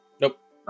Nope